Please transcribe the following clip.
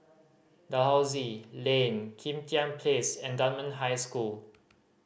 Dalhousie Lane Kim Tian Place and Dunman High School